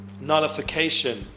nullification